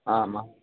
आम्